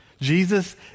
Jesus